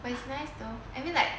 but it's nice though I mean like